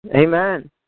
Amen